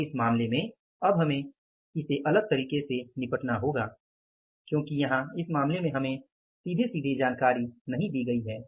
तो इस मामले में अब हमें इसे अलग तरीके से निपटना होगा क्योंकि इस मामले में हमें सीधे जानकारी नहीं दी गई है